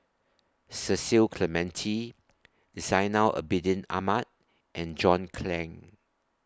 Cecil Clementi Zainal Abidin Ahmad and John Clang